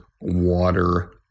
water